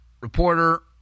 reporter